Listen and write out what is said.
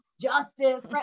justice